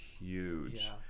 huge